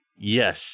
yes